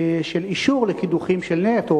של אישור קידוחים של נפט,